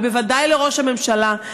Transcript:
ובוודאי לראש הממשלה,